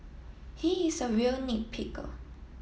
he is a real nitpicker